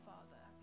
Father